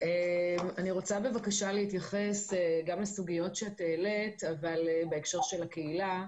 אני רוצה בבקשה להתייחס גם לסוגיות שאת העלית אבל בהקשר של הקהילה: